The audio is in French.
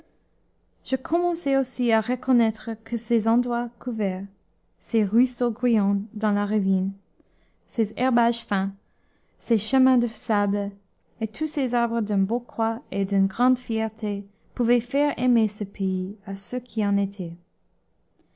je commençais aussi à reconnaître que ces endrois couverts ces ruisseaux grouillants dans les ravines ces herbages fins ces chemins de sable et tous ces arbres d'un beau croît et d'une grande fierté pouvaient faire aimer ce pays à ceux qui en étaient